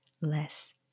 less